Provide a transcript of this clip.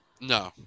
No